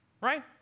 Right